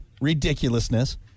ridiculousness